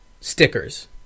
stickers